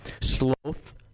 Sloth